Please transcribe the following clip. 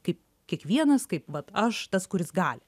kai kiekvienas kaip vat aš tas kuris gali